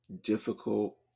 difficult